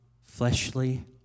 fleshly